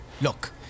Look